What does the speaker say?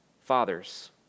Fathers